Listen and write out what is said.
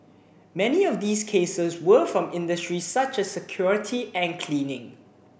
many of these cases were from industries such as security and cleaning